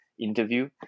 interview